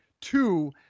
two